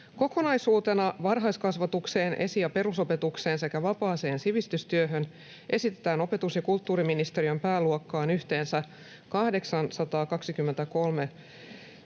Kokonaisuutena varhaiskasvatukseen, esi- ja perusopetukseen sekä vapaaseen sivistystyöhön esitetään opetus- ja kulttuuriministeriön pääluokkaan yhteensä 823,4